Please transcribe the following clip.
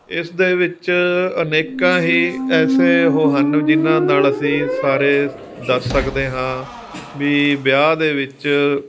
ਇਸ ਦੇ ਵਿੱਚ ਅਨੇਕਾਂ ਹੀ ਐਸੇ ਉਹ ਹਨ ਜਿੰਨਾਂ ਨਾਲ ਅਸੀਂ ਸਾਰੇ ਦੱਸ ਸਕਦੇ ਹਾਂ ਵੀ ਵਿਆਹ ਦੇ ਵਿੱਚ